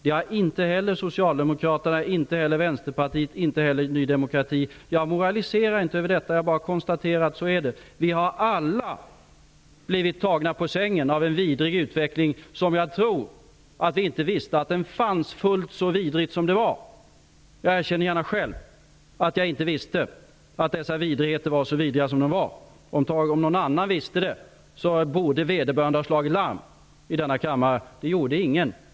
Det har inte heller Socialdemokraterna, Vänsterpartiet eller Ny demokrati gjort. Jag moraliserar inte över detta. Jag bara konstaterar att det är så. Vi har alla blivit tagna på sängen av en vidrig utveckling, som jag inte tror att vi visste var så vidrig som den var. Jag erkänner gärna själv att jag inte visste att dessa vidrigheter var så vidriga som de var. Om någon annan visste det borde vederbörande ha slagit larm i denna kammare. Det gjorde ingen.